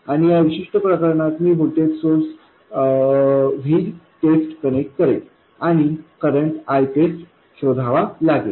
आणि या विशिष्ट प्रकरणात मी व्होल्टेज सोर्स VTEST कनेक्ट करेन आणि करंट ITEST शोधावा लागेल